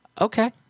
Okay